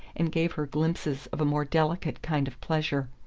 and gave her glimpses of a more delicate kind of pleasure.